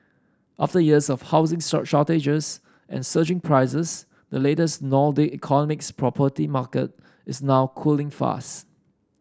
after years of housing shortages and surging prices the latest Nordic economic's property market is now cooling fast